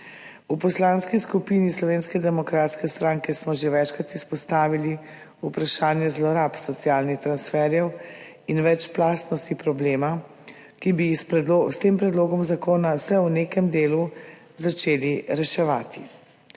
V Poslanski skupini Slovenske demokratske stranke smo že večkrat izpostavili vprašanje zlorab socialnih transferjev in večplastnosti problema, ki bi jih s tem predlogom zakona vsaj v nekem delu začeli reševati.